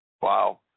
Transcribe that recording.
Wow